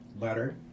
letter